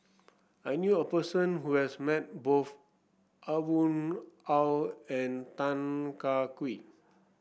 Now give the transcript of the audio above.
I knew a person who has met both Aw Boon Haw and Tan Kah Kee